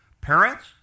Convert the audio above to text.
Parents